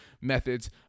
methods